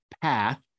path